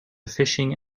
fishing